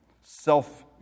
self